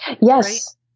Yes